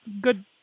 good